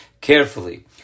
carefully